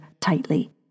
tightly